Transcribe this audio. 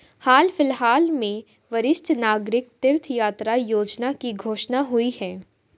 हाल फिलहाल में वरिष्ठ नागरिक तीर्थ यात्रा योजना की घोषणा हुई है